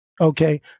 Okay